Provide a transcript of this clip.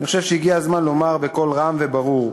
אני חושב שהגיע הזמן לומר בקול רם וברור,